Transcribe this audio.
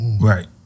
Right